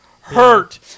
hurt